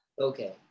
Okay